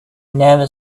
never